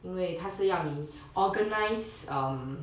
因为他是要你 organise